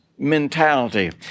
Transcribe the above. mentality